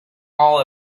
all